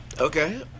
Okay